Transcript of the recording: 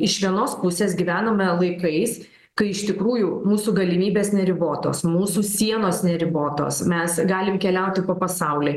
iš vienos pusės gyvename laikais kai iš tikrųjų mūsų galimybės neribotos mūsų sienos neribotos mes galim keliauti po pasaulį